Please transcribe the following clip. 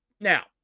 now